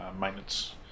maintenance